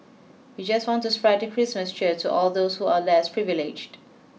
we just want to spread the Christmas cheer to all those who are less privileged